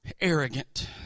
arrogant